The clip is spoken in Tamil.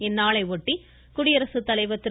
இந்நாளையொட்டி குடியரசுத்தலைவர் திரு